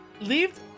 leave